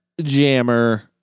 Jammer